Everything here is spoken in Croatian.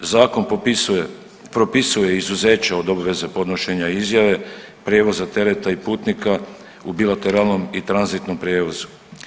Zakon propisuje izuzeće od odveze podnošenja izjave prijevoza tereta i putnika u bilateralnom i tranzitnom prijevozu.